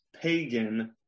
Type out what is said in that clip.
pagan